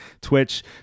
Twitch